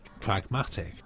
pragmatic